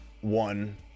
one